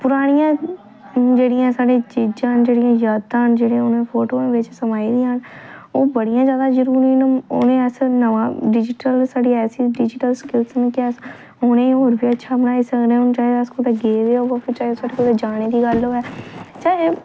परानियां जेह्ड़ियां साढ़ियां चीजां न जेह्ड़ियां यादां न जेह्ड़ा उ'नें फोटो बिच्च समाई दियां न ओह् बड़ियां ज्यादा जरूरी न उ'नेंगी अस नमां डिजिटल साढ़ी ऐसी डिजिटल स्किल्स न कि अस उ'नेंगी होर बी अच्छा बनाई सकने आं हून चाहे अस कुदै गेदे होगे चाहे साढ़े कुतै जाने दी गल्ल होऐ चाहे